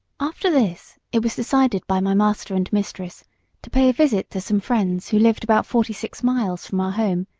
after this it was decided by my master and mistress to pay a visit to some friends who lived about forty-six miles from our home,